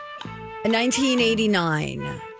1989